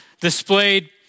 displayed